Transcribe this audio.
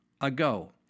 ago